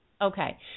Okay